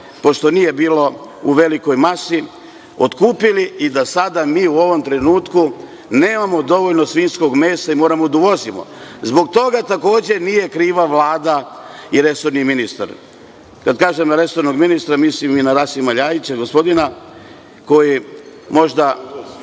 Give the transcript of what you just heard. pošto nije bilo u velikoj masi, otkupili i da sada mi u ovom trenutku nemamo dovoljno svinjskog mesa i moramo da uvozimo. Zbog toga takođe nije kriva Vlada i resorni ministar. Kada kažem resornog ministra, mislim i na Rasima Ljajića, gospodina koji možda